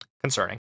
Concerning